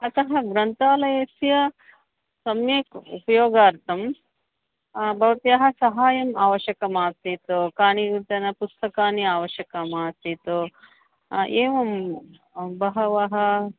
अतः ग्रन्थालयस्य सम्यक् उपयोगार्थं भवत्याः सहाय्यम् आवश्यकम् आसीत् कानिचन पुस्तकानि आवश्यकम् आसीत् एवं बहवः